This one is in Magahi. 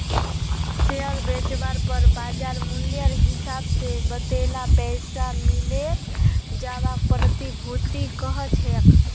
शेयर बेचवार पर बाज़ार मूल्येर हिसाब से वतेला पैसा मिले जवाक प्रतिभूति कह छेक